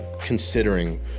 considering